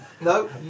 No